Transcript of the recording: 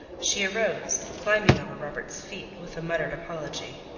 she arose, climbing over robert's feet with a muttered apology.